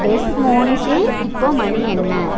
டெஸ் மோனிஸில் இப்போது மணி என்ன